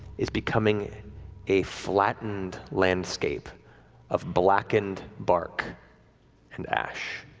is becoming a flattened landscape of blackened bark and ash.